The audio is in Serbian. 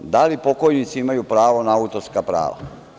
da li pokojnici imaju pravo na autorska prava?